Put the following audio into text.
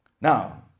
Now